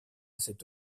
cette